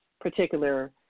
particular